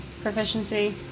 proficiency